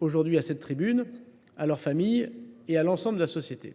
aujourd’hui à cette tribune, à leurs familles et à l’ensemble de la société.